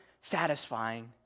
satisfying